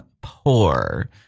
poor